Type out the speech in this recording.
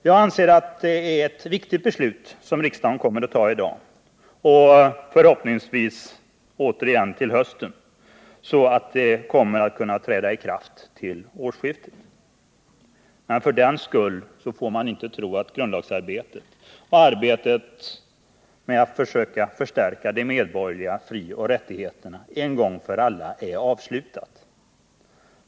Jag anser att det är ett viktigt beslut som riksdagen kommer att fatta i dag och förhoppningsvis återigen till hösten, så att förslagen kan träda i kraft till årsskiftet. Men för den skull får man inte tro att grundlagsarbetet och arbetet för att förstärka de medborgerliga frioch rättigheterna en gång för alla är avslutat.